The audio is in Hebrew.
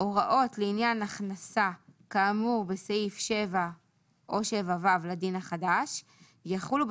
הוראות לעניין הכנסה כאמור בסעיף 7 או 7ו לדין החדש יחולו,